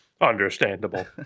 understandable